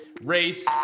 Race